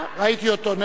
ראיתי אותו.